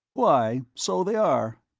why, so they are.